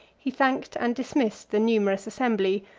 he thanked and dismissed the numerous assembly,